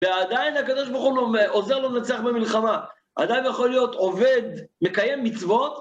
ועדיין הקב"ה עוזר לו לנצח במלחמה, עדיין יכול להיות עובד, מקיים מצוות.